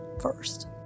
first